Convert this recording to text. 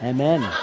Amen